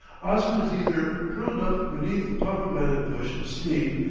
osman is either curled up beneath a pomegranate bush asleep,